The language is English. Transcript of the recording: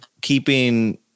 keeping